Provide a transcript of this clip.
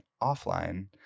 offline